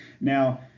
Now